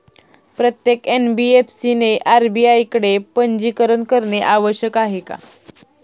प्रत्येक एन.बी.एफ.सी ने आर.बी.आय कडे पंजीकरण करणे आवश्यक आहे का?